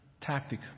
tactic